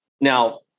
Now